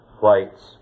flights